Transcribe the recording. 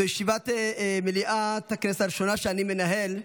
זו ישיבת מליאת הכנסת הראשונה שאני מנהל,